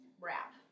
wrap